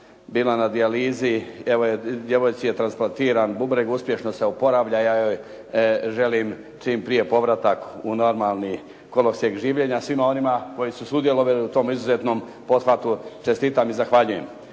bila na dijalizi, evo djevojci je transplantiran bubreg, uspješno se oporavlja. Ja joj želim čim prije povratak u normalni kolosijek življenja svima onima koji su sudjelovali u tom izuzetnom pothvatu, čestitam i zahvaljujem.